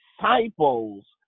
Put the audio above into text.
disciples